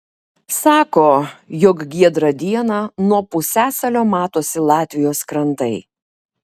sako jog giedrą dieną nuo pusiasalio matosi latvijos krantai